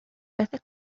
veces